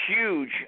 huge